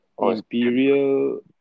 Imperial